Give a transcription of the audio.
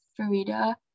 Farida